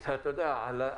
אנחנו חושבים שיש זכות וטו והם